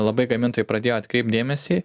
labai gamintojai pradėjo atkreipt dėmesį